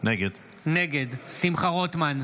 נגד שמחה רוטמן,